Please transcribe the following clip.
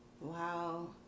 Wow